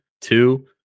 two